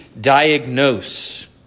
diagnose